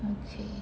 okay